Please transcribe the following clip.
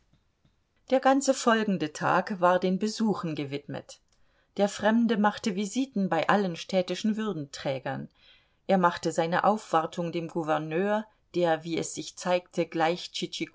der ganze folgende tag war den besuchen gewidmet der fremde machte visiten bei allen städtischen würdenträgern er machte seine aufwartung dem gouverneur der wie es sich zeigte gleich